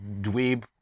dweeb